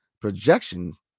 projections